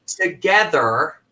together